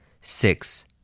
Six